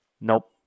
nope